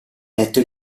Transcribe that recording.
letto